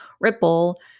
Ripple